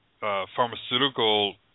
pharmaceutical